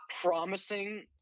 promising